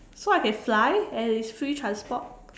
so I can fly and it's free transport